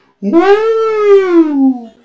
Woo